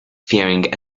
fearing